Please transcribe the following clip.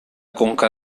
conca